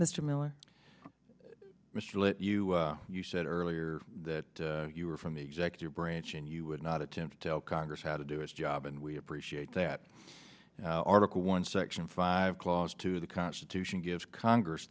mr miller mr let you you said earlier that you were from the executive branch and you would not attempt to congress how to do its job and we appreciate that article one section five clause to the constitution gives congress